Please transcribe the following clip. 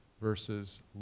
versus